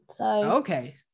okay